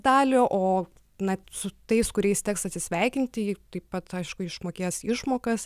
dalį o na su tais kuriais teks atsisveikinti ji taip pat aišku išmokės išmokas